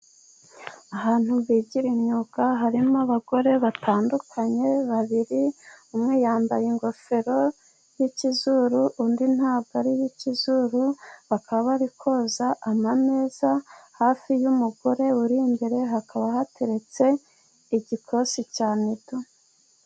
Ahantu bigira imyuga harimo abagore batandukanye. Babiri umwe yambaye ingofero y'ikizuru , undi ntabwo ari ikizuru bakaba bari koza ameza hafi y'umugore uri imbere hakaba hateretse igikosi cya nido.